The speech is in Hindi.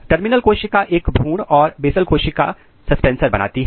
टर्मिनल कोशिका एक भ्रूण और बेसल कोशिका सस्पेंसर बनाती है